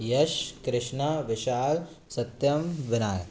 Yash Trishna Vishal Satyam Vinayak